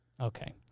Okay